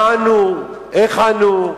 מה ענו, איך ענו,